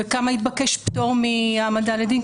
בכמה התבקש פטור מהעמדה לדין,